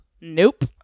Nope